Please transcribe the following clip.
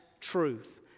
truth